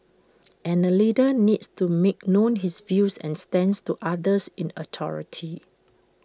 and A leader needs to make known his views and stance to others in authority